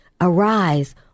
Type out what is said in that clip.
Arise